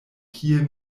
kie